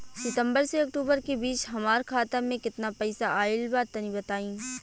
सितंबर से अक्टूबर के बीच हमार खाता मे केतना पईसा आइल बा तनि बताईं?